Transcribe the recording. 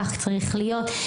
כך צריך להיות,